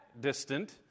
distant